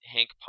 Hank